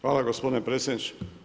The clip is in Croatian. Hvala gospodine predsjedniče.